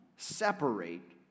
separate